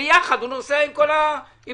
ויחד הוא נוסע עם כל העגלה.